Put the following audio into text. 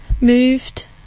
moved